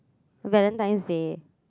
Valentine's Day